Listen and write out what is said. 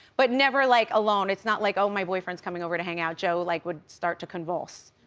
but never like alone, it's not like, oh, my boyfriend's coming over to hang out. joe like would start to convulse.